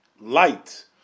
light